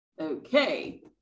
Okay